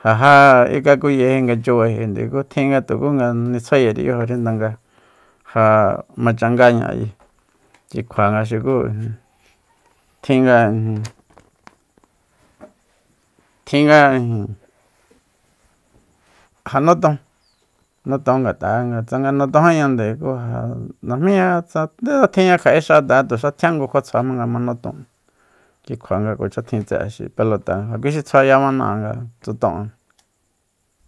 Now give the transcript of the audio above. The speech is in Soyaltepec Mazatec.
ja ja ikakuyeji nga chubaijinde ku tjin nga tuku nitsjuayeri yajori ndanga ja machangaña ayi kui kjua nga xuku ijin tjin nga ijin tjin nga ijin ja noton noton ngat'a'e nga tsanga notonjíñande ku ja najmíña tsa ndetsa tjinña kja'e xa tanga tuxa tjian ngu kjua tsjua jmanga ma noton ki kjua nga kuacha tjin xi tse'e xi pelota ja kui xi tsjuaya mana'a nga tsuton'an